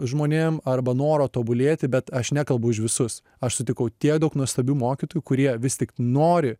žmonėm arba noro tobulėti bet aš nekalbu už visus aš sutikau tiek daug nuostabių mokytojų kurie vis tik nori